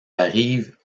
arrive